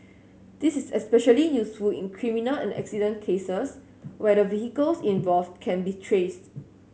this is especially useful in criminal and accident cases where the vehicles involved can be traced